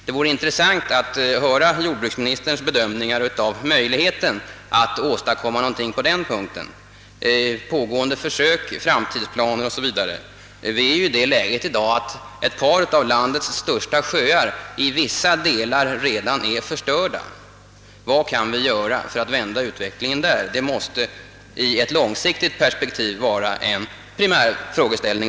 Det vore intressant att höra jordbruksministerns bedömningar av möjligheten att åstadkomma någonting på denna punkt — pågående försök, framtidsplaner o.s.v. Vi är ju i det läget i dag att ett par av landets största sjöar i vissa delar redan är förstörda. Vad kan vi göra för att vända utvecklingen där? Detta måste även i ett långsiktigt perspektiv vara en primär frågeställning.